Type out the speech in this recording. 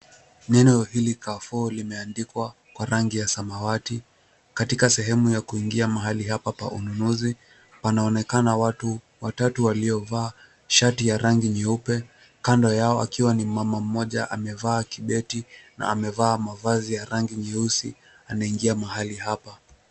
Neno hili Carrefour limeandikwa kwa rangi ya samawati katika sehemu ya kuingia mahali hapa pa ununuzi. Wanaonekana watu watatu waliovaa shati ya rangi nyeupe, kando yao akiwa ni mama mmoja amevaa kibeti na amevaa mavazi ya rangi nyeusi anaingia mahali hapa.